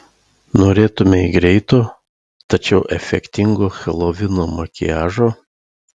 norėtumei greito tačiau efektingo helovino makiažo